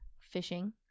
fishing